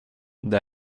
det